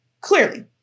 Clearly